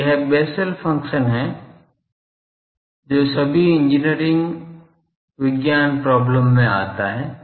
तो यह Bessel function है जो सभी इंजीनियरिंग विज्ञान प्रॉब्लम में आता है